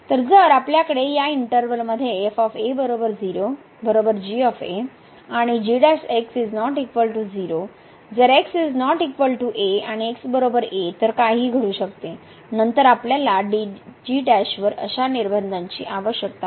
तर जर आपल्याकडे या इंटर्वल मध्ये आणि gx ≠ 0 जर x ≠ a x a तर काहीही घडू शकते नंतर आपल्याला g वर अशा निर्बंधांची आवश्यकता नाही